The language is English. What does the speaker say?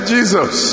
Jesus